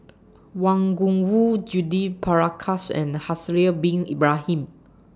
Wang Gungwu Judith Prakash and Haslir Bin Ibrahim